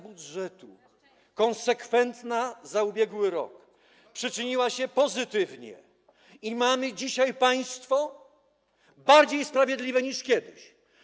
budżetu, konsekwentna, w ubiegłym roku przyczyniła się do tego pozytywnie i mamy dzisiaj państwo bardziej sprawiedliwe niż kiedyś.